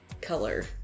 color